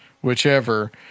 whichever